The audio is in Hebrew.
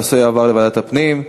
הנושא יועבר לוועדת הפנים.